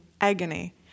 agony